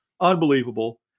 unbelievable